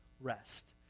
rest